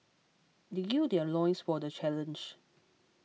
they gird their loins for the challenge